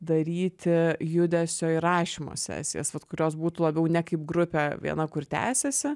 daryti judesio įrašymo sesijas vat kurios būtų labiau ne kaip grupė viena kur tęsiasi